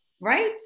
Right